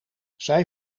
zij